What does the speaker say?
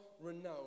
renowned